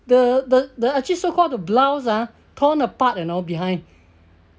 the the the actually so-called blouse ah torn apart you know behind